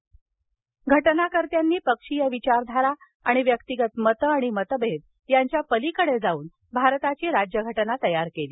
राज्यघटनाकर्त्यांनी पक्षीय विचारधारा आणि व्यक्तिगत मत आणि मतभेद यांच्या पलीकडे जाऊन राज्यघटना तयार केली